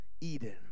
Eden